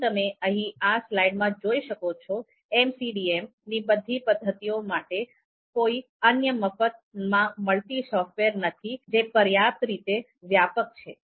જેમ તમે અહીં આ સ્લાઈડમાં જોઈ શકો છો MCDM ની બધી પદ્ધતિઓ માટે કોઈ અન્ય મફત માં મળતી સોફ્ટવેર નથી જે પર્યાપ્ત રીતે વ્યાપક છે